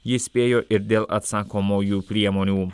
ji įspėjo ir dėl atsakomųjų priemonių